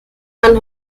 man